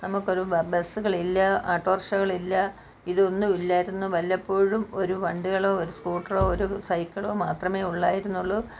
നമുക്കൊരു ബസ്സുകളില്ല ആട്ടോറിക്ഷകളില്ല ഇതൊന്നും ഇല്ലായിരുന്നു വല്ലപ്പോഴും ഒരു വണ്ടികളോ ഒരു സ്കൂട്ടറോ സൈക്കിളോ മാത്രമേ ഉള്ളായിരുന്നുള്ളു